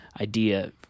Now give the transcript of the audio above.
idea